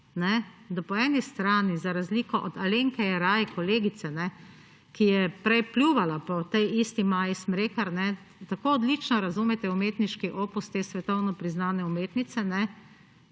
da po eni strani, za razliko od Alenke Jeraj, kolegice, ki je prej pljuvala po tej isti Maji Smrekar, tako odlično razumete umetniški opus te svetovno priznane umetnice,